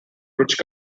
bridge